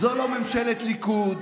זו לא ממשלת ליכוד.